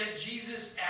Jesus